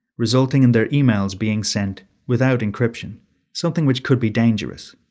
resulting in their emails being sent without encryption something which could be dangerous.